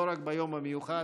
לא רק ביום המיוחד,